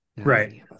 Right